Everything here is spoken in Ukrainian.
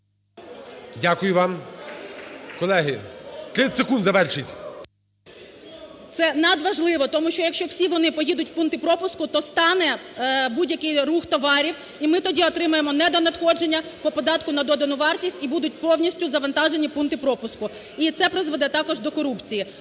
у залі) Колеги! 30 секунд. Завершіть. ОСТРІКОВА Т.Г. Це надважливо, тому що якщо всі вони поїдуть в пункти пропуску, то стане будь-який рух товарів, і ми тоді отримаємо недонадходження по податку на додану вартість, і будуть повністю завантажені пункти пропуску. І це призведе також до корупції.